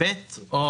(ב) או